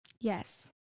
Yes